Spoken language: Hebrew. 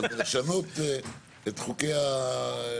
אבל לשנות את חוקי התכנון.